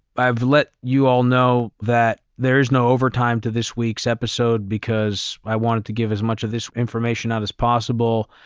i've let you all know that there is no overtime to this week's episode because i wanted to give as much of this information out as possible.